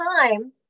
time